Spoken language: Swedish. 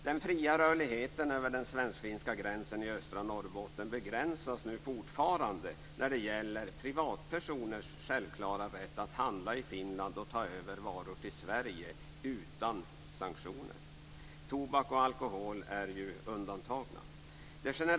Den fria rörligheten över den svensk-finska gränsen i östra Norrbotten begränsas fortfarande när det gäller privatpersoners självklara rätt att handla i Finland och ta över varor till Sverige utan sanktioner. Tobak och alkohol är ju undantagna.